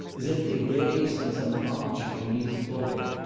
as if to gaze on some object beneath the pulpit.